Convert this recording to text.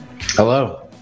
Hello